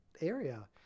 area